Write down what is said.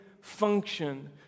function